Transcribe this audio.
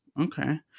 okay